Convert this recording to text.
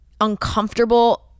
uncomfortable